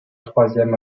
troisième